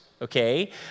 okay